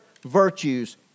virtues